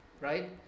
right